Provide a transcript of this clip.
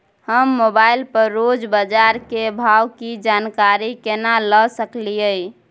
हम मोबाइल पर रोज बाजार के भाव की जानकारी केना ले सकलियै?